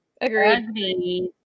Agreed